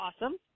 awesome